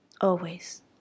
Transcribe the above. always